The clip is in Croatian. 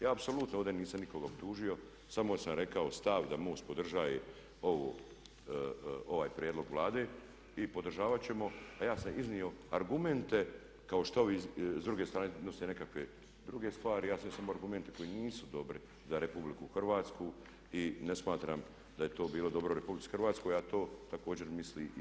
Ja apsolutno ovdje nisam nikoga optužio samo sam rekao stav da MOST podržava ovaj prijedlog Vlade i podržavat ćemo a ja sam iznio argumente kao što ovi iz druge strane donosite nekakve druge, ja sam iznio argumente koji nisu dobri za RH i ne smatram da je to bilo dobro RH a to također i misli MOST.